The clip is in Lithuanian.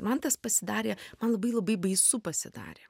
man tas pasidarė man labai labai baisu pasidarė